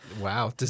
Wow